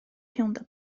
piąta